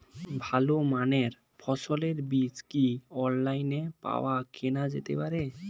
ভালো মানের ফসলের বীজ কি অনলাইনে পাওয়া কেনা যেতে পারে?